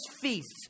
feasts